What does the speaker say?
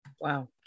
Wow